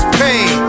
pain